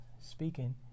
speaking